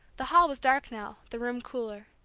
the hall was dark now, the room cooler.